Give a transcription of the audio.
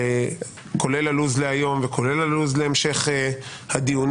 כולל הלו"ז להיום וכולל הלו"ז להמשך הדיונים,